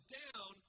down